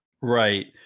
Right